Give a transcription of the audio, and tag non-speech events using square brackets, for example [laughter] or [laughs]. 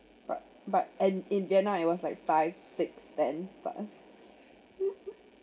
but and in vietnam it was was like five six then stars [laughs]